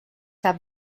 have